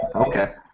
ah okay,